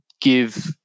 give